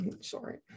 Sorry